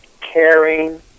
caring